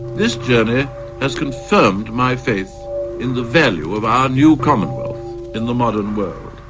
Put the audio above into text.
this journey has confirmed my faith in the value of our new commonwealth in the modern world.